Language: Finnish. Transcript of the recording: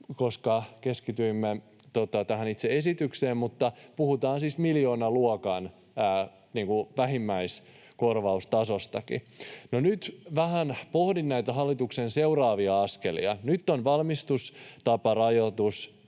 koska keskityimme tähän itse esitykseen, mutta puhutaan siis miljoonaluokan vähimmäiskorvaustasostakin. No, nyt vähän pohdin näitä hallituksen seuraavia askelia. Nyt valmistustaparajoitus